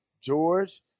George